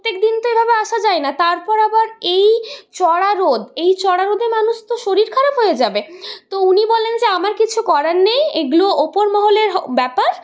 প্রত্যেকদিন তো এভাবে আসা যায় না তারপর আবার এই চড়া রোদ এই চড়া রোদে মানুষ তো শরীর খারাপ হয়ে যাবে তো উনি বলেন যে আমার কিছু করার নেই এগুলি ওপর মহলের ব্যাপার